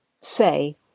say